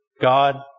God